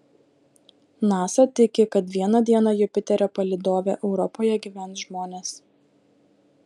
nasa tiki kad vieną dieną jupiterio palydove europoje gyvens žmonės